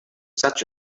such